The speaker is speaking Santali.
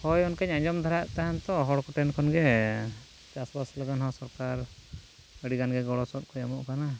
ᱦᱳᱭ ᱚᱱᱟᱠᱟᱧ ᱟᱸᱡᱚᱢ ᱫᱷᱟᱨᱟᱭᱮᱫ ᱛᱟᱦᱮᱱ ᱛᱚ ᱦᱚᱲ ᱠᱚᱴᱷᱮᱱ ᱠᱷᱚᱱᱜᱮ ᱪᱟᱥᱵᱟᱥ ᱞᱟᱹᱜᱤᱫ ᱦᱚᱸ ᱥᱚᱨᱠᱟᱨ ᱟᱹᱰᱤ ᱜᱟᱱᱜᱮ ᱜᱚᱲᱚ ᱥᱚᱯᱚᱦᱚᱫ ᱠᱚᱭ ᱮᱢᱚᱜ ᱠᱟᱱᱟ